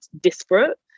disparate